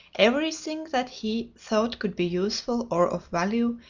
every thing that he thought could be useful, or of value,